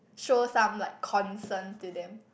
show some like concern to them